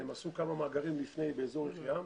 הם עשו כמה מאגרים לפני באזור יחיעם